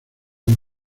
han